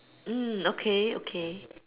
mm okay okay